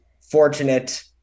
fortunate